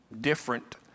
different